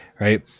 Right